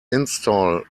install